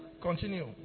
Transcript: Continue